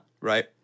Right